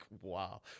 wow